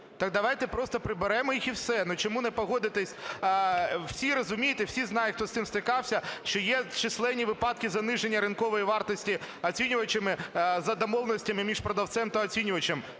Так давайте просто приберемо їх - і все. Чому не погодитись? Всі розумієте, всі знають, хто з цим стикався, що є численні випадки заниження ринкової вартості оцінювачами за домовленостями між продавцем та оцінювачем,